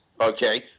okay